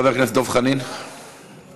חבר הכנסת דב חנין, בבקשה.